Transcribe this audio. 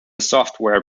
software